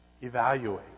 Evaluate